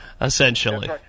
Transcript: essentially